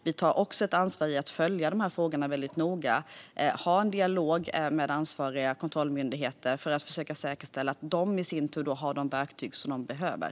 Vi tar också ett ansvar genom att följa dessa frågor väldigt noga och ha en dialog med ansvariga kontrollmyndigheter för att säkerställa att de i sin tur har de verktyg de behöver.